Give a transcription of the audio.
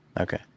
Okay